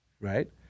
right